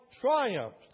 triumphed